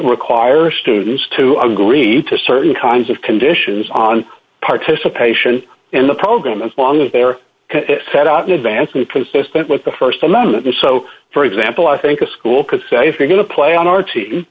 require students to agree to certain kinds of conditions on participation in the program as long as they're set out in advance and consistent with the st amendment and so for example i think a school could say if you're going to play on our team